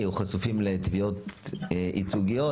יהיו חשופים לתביעות ייצוגיות,